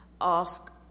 ask